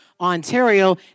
Ontario